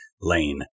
lane